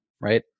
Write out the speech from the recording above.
right